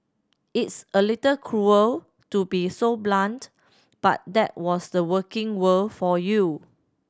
it's a little cruel to be so blunt but that was the working world for you